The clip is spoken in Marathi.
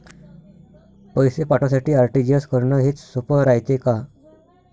पैसे पाठवासाठी आर.टी.जी.एस करन हेच सोप रायते का?